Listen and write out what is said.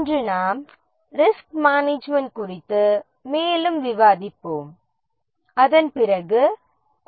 இன்று நாம் risk management குறித்து மேலும் விவாதிப்போம் அதன் பிறகு